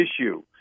issue